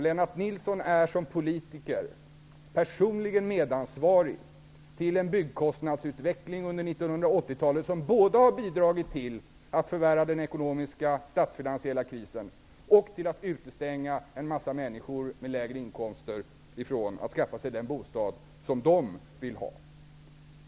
Lennart Nilsson är som politiker personligen medansvarig för en byggkostnadsutveckling under 80-talet som har bidragit både till att förvärra den ekonomiska och statsfinansiella krisen och till att utestänga många människor med lägre inkomster från den bostad som de vill ha.